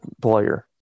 player